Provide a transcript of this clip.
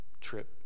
trip